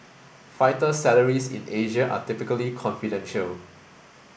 fighter salaries in Asia are typically confidential